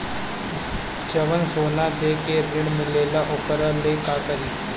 जवन सोना दे के ऋण मिलेला वोकरा ला का करी?